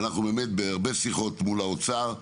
אנחנו נמצאים בהרבה שיחות מול האוצר.